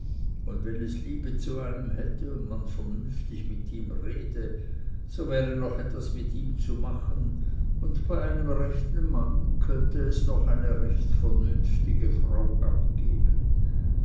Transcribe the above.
und wenn es liebe zu einem hätte und man vernünftig mit ihm rede so wäre noch etwas mit ihm zu machen und bei einem rechten mann könnte es noch eine recht vernünftige frau abgeben